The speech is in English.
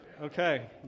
Okay